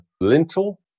lintel